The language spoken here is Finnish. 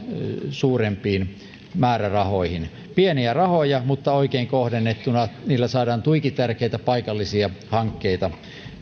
suurempiin määrärahoihin pieniä rahoja mutta oikein kohdennettuna niillä saadaan tuiki tärkeitä paikallisia hankkeita